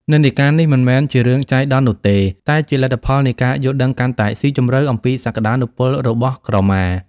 និន្នាការនេះមិនមែនជារឿងចៃដន្យនោះទេ តែជាលទ្ធផលនៃការយល់ដឹងកាន់តែស៊ីជម្រៅអំពីសក្តានុពលរបស់ក្រមា។